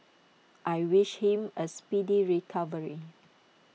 I wish him A speedy recovery